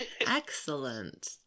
excellent